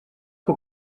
que